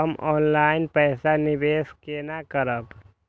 हम ऑनलाइन पैसा निवेश केना करब?